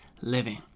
living